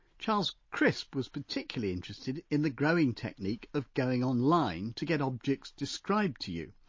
charles crisp was particularly interested in the growing technique of going online to get objects described to you.